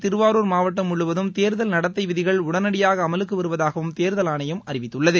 திருவாரூர் மாவட்டம் முழுவதும் தேர்தல் நடத்தை விதிகள் உடனடியாக அமலுக்கு வருவதாகவும் தேர்தல் ஆணையம் அறிவித்துள்ளது